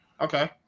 okay